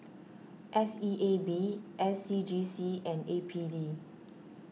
S E A B S C G C and A P D